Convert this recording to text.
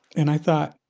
and i thought,